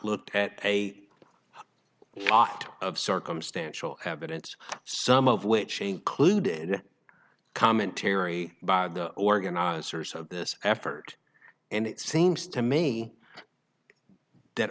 looked at a lot of circumstantial evidence some of which included commentary by the organizers of this effort and it seems to me that